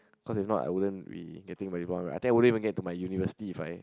cause if not I wouldn't be getting my right I think I wouldn't even get to my university if I